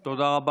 רגע,